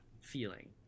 feeling